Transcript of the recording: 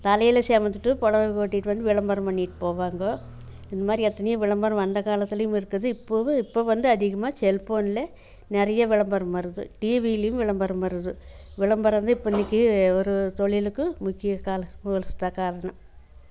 தலையில் சுமந்துட்டும் புடவை ஓட்டிட்டு விளம்பரம் பண்ணிட்டு போவாங்கோ இந்த மாதிரி எத்தனையோ விளம்பரம் அந்தக்காலத்துலேயும் இருக்குது இப்போவும் இப்போ வந்து அதிகமாக செல்போனில் நிறைய விளம்பரம் வருது டிவிலேயும் விளம்பரம் வருது விளம்பரம் வந்து இப்போதைக்கு ஒரு தொழிலுக்கு முக்கிய காரணம்